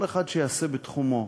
כל אחד שיעשה בתחומו.